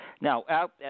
Now